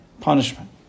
punishment